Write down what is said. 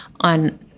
on